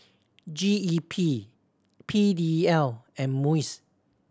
G E P P D L and MUIS